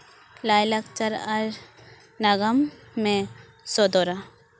ᱞᱟᱭᱼᱞᱟᱠᱪᱟᱨ ᱟᱨ ᱱᱟᱜᱟᱢᱮ ᱥᱚᱫᱚᱨᱟ